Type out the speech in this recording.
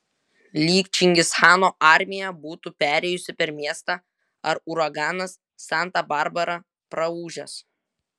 lyg čingischano armija būtų perėjusi per miestą ar uraganas santa barbara praūžęs